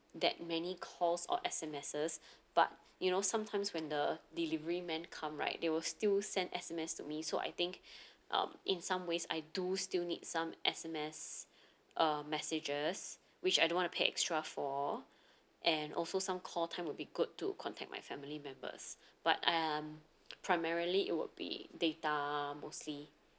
that many calls or as S_M_Ses but you know sometimes when the delivery man come right they will still send S_M_S to me so I think um in some ways I do still need some S_M_S uh messages which I don't wanna pay extra for and also some call time would be good to contact my family members but um primarily it would be data mostly